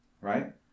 Right